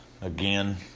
Again